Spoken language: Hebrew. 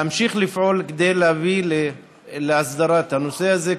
להמשיך לפעול כדי להביא להסדרת הנושא הזה.